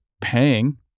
paying